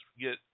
get